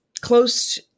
close